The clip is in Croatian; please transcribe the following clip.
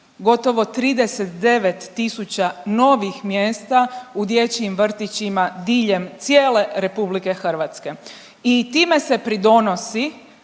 gotovo 39 tisuća novih mjesta u dječjim vrtićima diljem cijele RH. I time se pridonosi